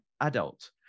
adult